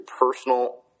personal